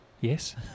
yes